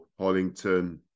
Hollington